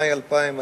במאי 2000,